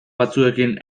batzuekin